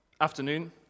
afternoon